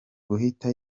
guhita